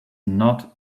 not